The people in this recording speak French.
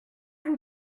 vous